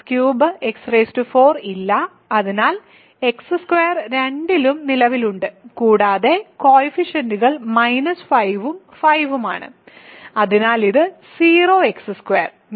x3 x4 ഇല്ല എന്നാൽ x2 രണ്ടിലും നിലവിലുണ്ട് കൂടാതെ കോയിഫിഷ്യന്റുകൾ 5 ഉം 5 ഉം ആണ് അതിനാൽ ഇത് 0x2